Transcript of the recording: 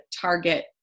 target